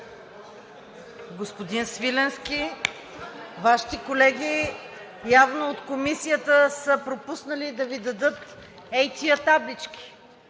Господин Свиленски, Вашите колеги от Комисията явно са пропуснали да Ви дадат тези таблички,